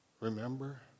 remember